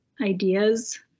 ideas